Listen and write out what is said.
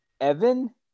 Evan